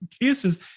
cases